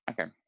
okay